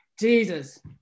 Jesus